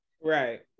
Right